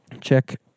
check